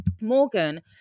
Morgan